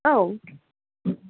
औ